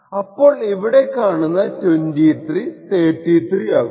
അപ്പോൾ ഇവിടെ കാണുന്ന 23 33 ആകും